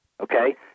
okay